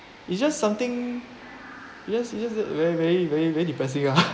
it's just something it's just it's just very very very depressing ah